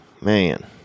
man